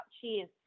cheese